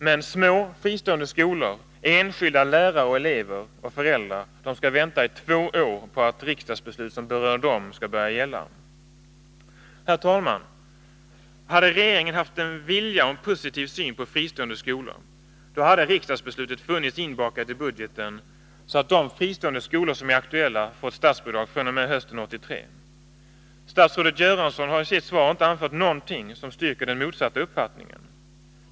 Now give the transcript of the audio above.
Men små fristående skolor, enskilda lärare, elever och föräldrar, de skall vänta i två år på att riksdagsbeslut som berör dem skall börja gälla. Herr talman! Hade regeringen haft vilja och en positiv syn på fristående skolor, hade riksdagsbeslutet nu varit inbakat i budgeten, så att de fristående skolor som är aktuella hade fått statsbidrag fr.o.m. hösten 1983. Statsrådet Göransson har i sitt svar inte anfört någonting som styrker den motsatta uppfattningen.